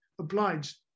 obliged